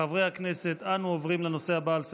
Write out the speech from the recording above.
חברי הכנסת, אנו עוברים לנושא הבא על סדר-היום.